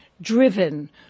driven